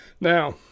Now